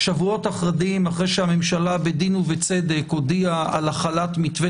שבועות אחדים אחרי שהממשלה בדין ובצדק הודיעה על החלת מתווה